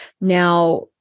Now